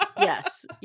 Yes